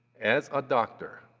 as a doctor,